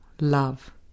LOVE